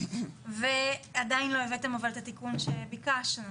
אבל עדיין לא הבאתם את התיקון שביקשנו,